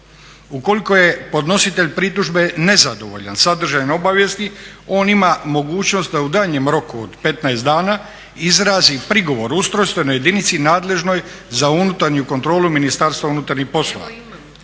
Ukoliko je podnositelj pritužbe nezadovoljan sadržajem obavijesti on ima mogućnost da u daljnjem roku od 15 dana izrazi prigovor ustrojstvenoj jedinici nadležnoj za unutarnju kontrolu Ministarstva unutarnjih poslova